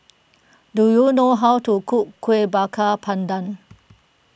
do you know how to cook Kueh Bakar Pandan